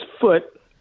foot